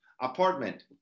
apartment